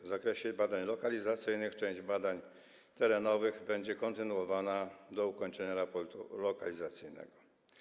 W zakresie badań lokalizacyjnych część badań terenowych będzie kontynuowana do ukończenia raportu lokalizacyjnego.